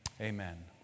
amen